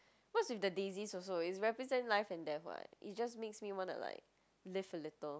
what's with the daisies also is represent life and death [what] it just makes me wanna like to live a little